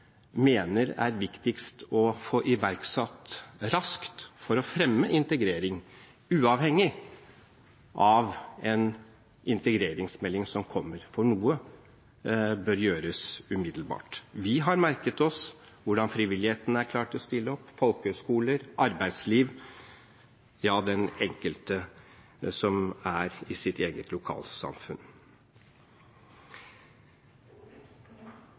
er viktigst å få iverksatt raskt for å fremme integrering, uavhengig av en integreringsmelding som kommer, for noe bør gjøres umiddelbart. Vi har merket oss hvordan frivilligheten er klar til å stille opp – folkehøyskoler, arbeidsliv og den enkelte – i sitt lokalsamfunn.